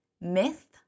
Myth